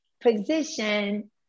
position